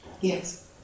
Yes